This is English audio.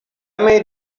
made